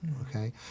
okay